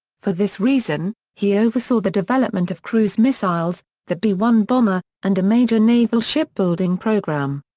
for this reason, he oversaw the development of cruise missiles, the b one bomber, and a major naval shipbuilding program.